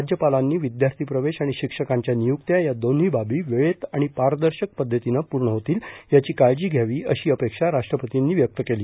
राज्यपालांनी विद्यार्थी प्रवेश आणि शिक्षकांच्या नियुक्त्या या दोन्ही बाबी वेळेत आणि पारदर्शक पछतीनं पूर्ण होतील याची काळजी घ्यावी अशी अपेक्षा राष्ट्रपतींनी व्यक्त केली